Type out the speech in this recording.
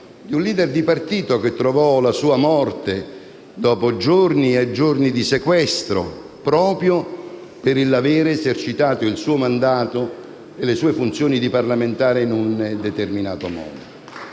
e non leso, che trovò la sua morte dopo giorni e giorni di sequestro, proprio per aver esercitato il suo mandato e le sue funzioni di parlamentare in un determinato modo.